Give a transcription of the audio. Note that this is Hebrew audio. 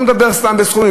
אני לא מדבר סתם בסכומים,